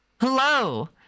Hello